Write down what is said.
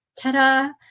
ta-da